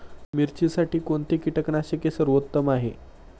मिरचीसाठी कोणते कीटकनाशके सर्वोत्तम आहे?